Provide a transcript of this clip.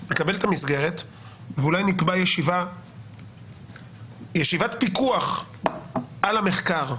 זה לקבל את המסגרת ואולי נקבע בהקדם ישיבת פיקוח על המחקר,